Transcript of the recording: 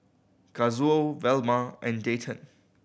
Kazuo Velma and Dayton